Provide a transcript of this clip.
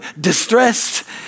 distressed